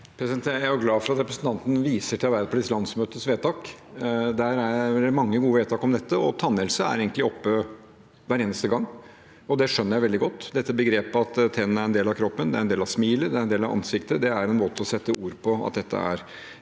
Jeg er glad for at representanten viser til Arbeiderpartiets landsmøtes vedtak. Der er det mange gode vedtak om dette, og tannhelse er egentlig oppe hver eneste gang, og det skjønner jeg veldig godt. Dette begrepet at tennene er en del av kroppen, er en del av smilet og er en del av ansiktet er en måte å sette ord på at dette er